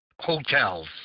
hotels